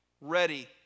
ready